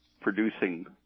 producing